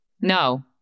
No